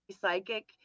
psychic